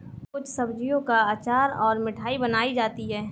कुछ सब्जियों का अचार और मिठाई बनाई जाती है